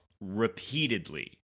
repeatedly